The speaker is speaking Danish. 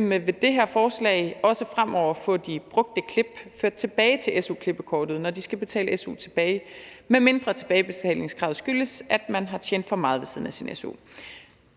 med det her forslag også fremover få de brugte klip ført tilbage til su-klippekortet, når de skal betale su tilbage, medmindre tilbagebetalingskravet skyldes, at man har tjent for meget ved siden af sin su.